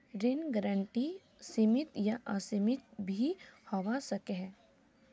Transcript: ऋण गारंटी सीमित या असीमित भी होवा सकोह